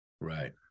Right